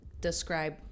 describe